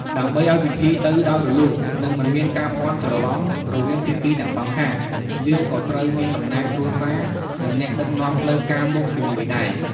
ដើម្បីអោយពិធីទៅដោយរលួន និងមិនមានការភាន់ច្រលំរវាងភាគីទាំងសងខាង យើងក៏ត្រូវមានតំណាងគ្រួសារ និងអ្នកដឹកនាំផ្លូវការមកជាមួយដែរ។